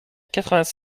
quarante